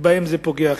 בהן זה הכי פוגע.